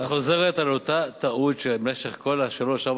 את חוזרת על אותה טעות שבמשך כל שלוש-ארבע